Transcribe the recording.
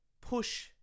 push